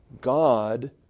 God